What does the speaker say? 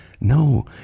No